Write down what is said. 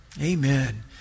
Amen